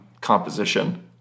composition